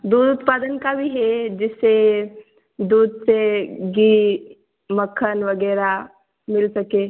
दूध उत्पादन का भी है जिससे दूध से घी मक्खन वगैरह मिल सके